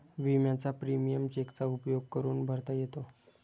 विम्याचा प्रीमियम चेकचा उपयोग करून भरता येतो